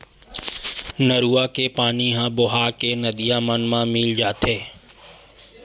नरूवा के पानी ह बोहा के नदिया मन म मिल जाथे